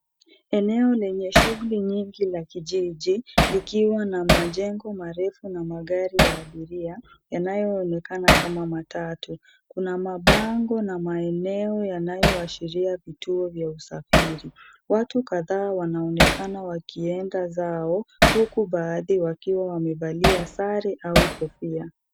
Eneo lenye shughuli nyingi la kijiji likiwa na majengo marefu na magari ya abiria yanayoonekana kama matatu. Kuna mabango na maeneo yanayoashiria vituo vya usafiri. Watu kadhaa wanaonekana wakienda zao huku baadhi wakiwa wamevalia sare au kofia.